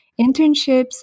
internships